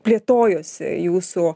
plėtojosi jūsų